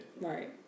Right